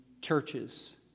churches